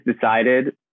decided